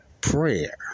prayer